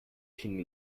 king